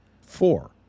Four